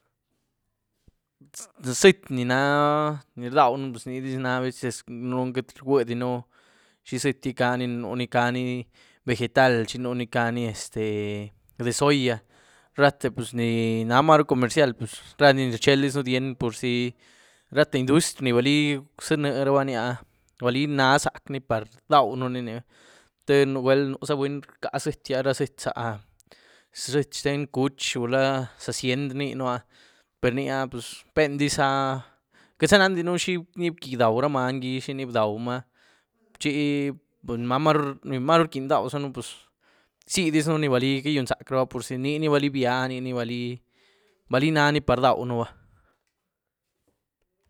zyietí ni náh, ni rdauën nidiz náh aveces danën queity rwuediën xí zyietígí caní, nuní caní vegetal chi nuní caní este de soya, rate pus ní nà marú comercial pus ni rchieldizën dien'd purzi rate industry ni bili zanúrabaní'a, balií nazac'ní par rdauën ni, téh nugwuel núza buny rca zyietí, ra zhietí za, zhietí xten cuch gula zahà zyienty ni rniën áh, perni àh pus pendizà, queity za nandinú xini bquiny ra manygí, xini bdaumaa chi ni-ni marú rquieny idauën pus ziedisën ni balí cayunzac'raba teniní bili bianí, ni balí-balí naní par rdauën ba.